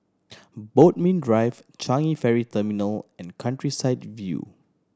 Bodmin Drive Changi Ferry Terminal and Countryside View